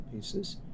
pieces